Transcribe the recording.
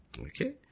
Okay